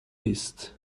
east